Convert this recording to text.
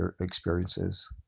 experiences